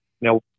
Now